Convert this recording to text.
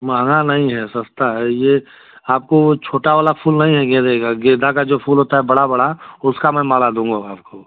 महंगा नहीं है सस्ता है यह आपको छोटा वाला फूल नहीं है गेंदे का गेंदा का जो फूल होता है बड़ा बड़ा उसकी मैं माला दूँगा आपको